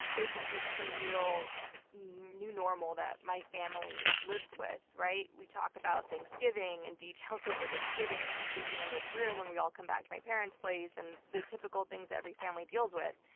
there's there's this surreal new normal that my family lives with, right? we talk about thanksgiving and details over thanksgiving, who's sleeping in which room when we all come back to my parents' place, and the typical things every family deals with.